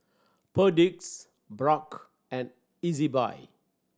Perdix Bragg and Ezbuy